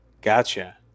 gotcha